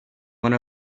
one